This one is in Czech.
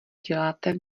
děláte